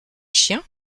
chien